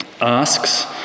asks